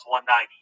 190